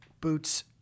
boots